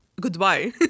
Goodbye